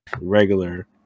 regular